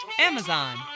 Amazon